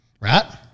right